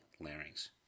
larynx